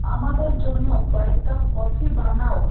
আমাদের জন্য কয়েক কাপ কফি বানাও